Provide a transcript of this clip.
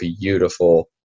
beautiful